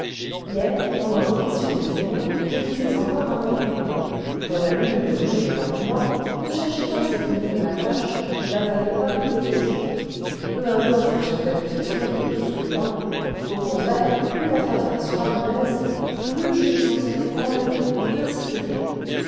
hier pendant l'audition le vingtième siècle des témoins je disais encore à mon client mon ami ne vous gênez pas pour moi ne cherchez pas à diminuer ma tâche ne bataillez pas pour des broutilles peu importe un chef d'accusation de plus ou de moins au contraire plus votre affaire sera mauvaise et plus je me sentirai enlevée inspirée